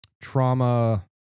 trauma